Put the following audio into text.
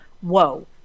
Whoa